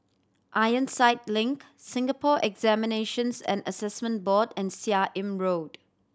Ironside Link Singapore Examinations and Assessment Board and Seah Im Road